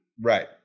right